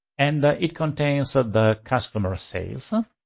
and it contains ah the customer sales.